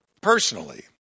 personally